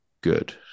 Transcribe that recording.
good